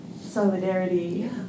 solidarity